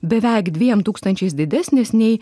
beveik dviem tūkstančiais didesnis nei